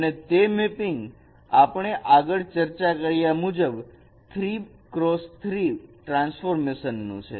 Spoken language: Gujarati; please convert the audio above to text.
અને તે મેપિંગ આપણે આગળ ચર્ચા કર્યા મુજબ 3 x 3 ટ્રાન્સફોર્મેશન નું છે